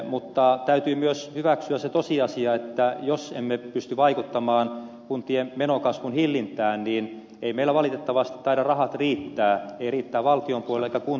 mutta täytyy myös hyväksyä se tosiasia että jos emme pysty vaikuttamaan kuntien menokasvun hillintään ei meillä valitettavasti taida rahat riittää ei valtion eikä kuntienkaan puolella